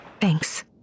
Thanks